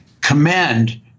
commend